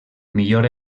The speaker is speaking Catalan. millor